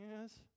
yes